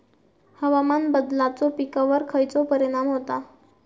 हवामान बदलाचो पिकावर खयचो परिणाम होता?